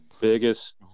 biggest